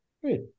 Great